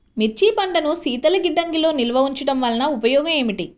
మిర్చి పంటను శీతల గిడ్డంగిలో నిల్వ ఉంచటం వలన ఉపయోగం ఏమిటి?